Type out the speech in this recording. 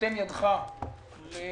נותן ידך לפשע